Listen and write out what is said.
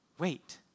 wait